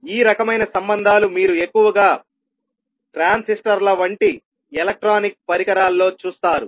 ఈ రకమైన సంబంధాలు మీరు ఎక్కువగా ట్రాన్సిస్టర్ల వంటి ఎలక్ట్రానిక్ పరికరాల్లో చూస్తారు